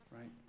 Right